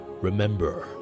remember